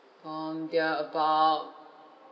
um they are about